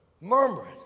murmuring